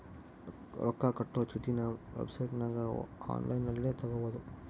ರೊಕ್ಕ ಕಟ್ಟೊ ಚೀಟಿನ ವೆಬ್ಸೈಟನಗ ಒನ್ಲೈನ್ನಲ್ಲಿ ತಗಬೊದು